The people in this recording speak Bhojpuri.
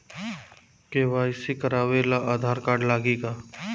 के.वाइ.सी करावे ला आधार कार्ड लागी का?